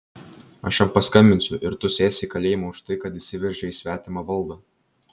aš jam paskambinsiu ir tu sėsi į kalėjimą už tai kad įsiveržei į svetimą valdą